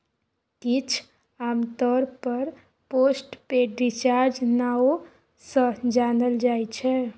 किछ आमतौर पर पोस्ट पेड रिचार्ज नाओ सँ जानल जाइ छै